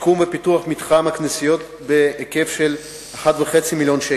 שיקום ופיתוח מתחם הכנסיות בהיקף של 1.5 מיליון שקל,